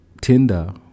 Tinder